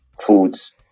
foods